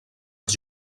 els